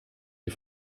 die